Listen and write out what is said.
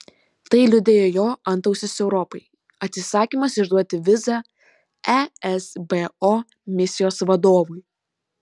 tai liudija jo antausis europai atsisakymas išduoti vizą esbo misijos vadovui